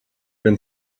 been